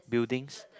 buildings